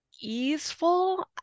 easeful